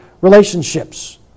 relationships